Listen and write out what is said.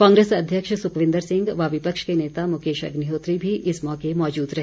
कांग्रेस अध्यक्ष सुखविन्दर सिंह व विपक्ष के नेता मुकेश अग्निहोत्री भी इस मौके मौजूद रहे